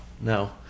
no